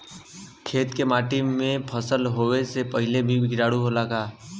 खेत के माटी मे फसल बोवे से पहिले भी किटाणु होला का?